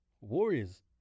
Warriors